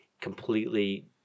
completely